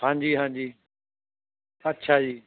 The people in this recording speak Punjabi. ਹਾਂਜੀ ਹਾਂਜੀ ਅੱਛਾ ਜੀ